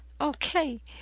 Okay